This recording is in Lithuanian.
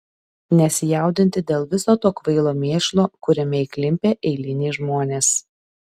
nesijaudinti dėl viso to kvailo mėšlo kuriame įklimpę eiliniai žmonės